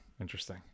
interesting